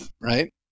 right